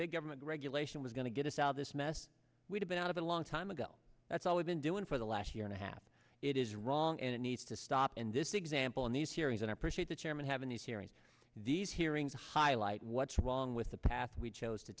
big government regulation was going to get us out of this mess we have been out of a long time ago that's all we've been doing for the last year and a half it is wrong and it needs to stop and this example in these hearings and i appreciate the chairman having these hearings these hearings highlight what's wrong with the path we chose to